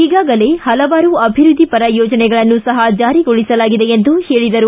ಈಗಾಗಲೇ ಹಲವಾರು ಅಭಿವೃದ್ದಿ ಪರ ಯೋಜನೆಗಳನ್ನು ಸಹ ಜಾರಿಗೊಳಿಸಲಾಗಿದೆ ಎಂದರು